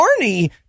arnie